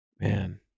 Man